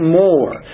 more